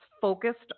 focused